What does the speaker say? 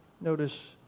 notice